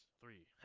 three